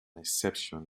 exception